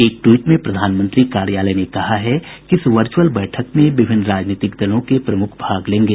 एक ट्वीट में प्रधानमंत्री कार्यालय ने कहा है कि इस वर्च्रअल बैठक में विभिन्न राजनीतिक दलों के प्रमुख भाग लेंगे